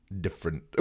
different